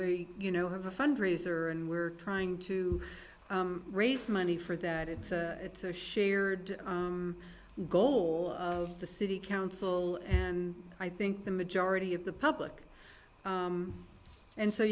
you know have a fundraiser and we're trying to raise money for that it's a it's a shared goal of the city council and i think the majority of the public and so